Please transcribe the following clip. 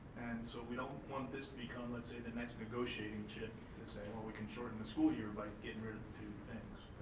so we don't want this to become, let's say, the next negotiating chip to say, well, we can shorten the school year by getting rid of the two things,